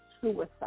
suicide